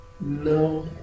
No